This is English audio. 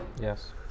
Yes